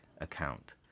account